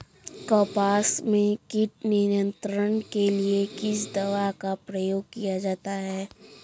कपास में कीट नियंत्रण के लिए किस दवा का प्रयोग किया जाता है?